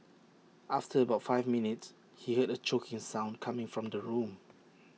after about five minutes he heard A choking sound coming from the room